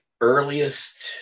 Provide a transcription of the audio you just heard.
earliest